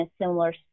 similar